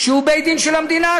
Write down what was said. שהוא בית-דין של המדינה,